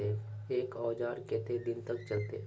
एक औजार केते दिन तक चलते?